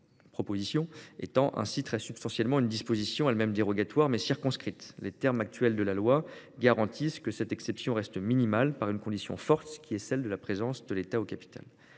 pour objet d'étendre très substantiellement une disposition, elle-même dérogatoire, mais circonscrite. Les termes actuels de la loi garantissent que cette exception reste minimale par une condition forte : la présence de l'État au capital.